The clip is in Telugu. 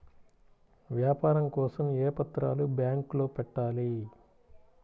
వ్యాపారం కోసం ఏ పత్రాలు బ్యాంక్లో పెట్టాలి?